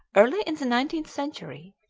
early in the nineteenth century,